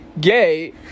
gay